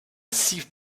six